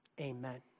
Amen